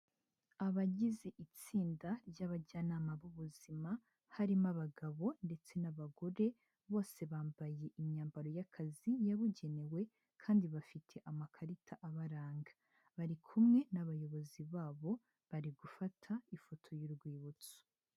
Abagize itsinda ry'abajyanama b'ubuzima, harimo abagabo ndetse n'abagore, bose bambaye imyambaro y'akazi yabugenewe kandi bafite amakarita abaranga, bari kumwe n'abayobozi babo, bari gufata ifoto y'urwibutso.